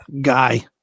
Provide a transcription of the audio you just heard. Guy